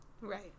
Right